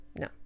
No